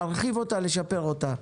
להרחיב אותה ולשפר אותה.